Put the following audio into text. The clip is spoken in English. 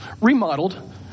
remodeled